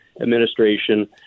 administration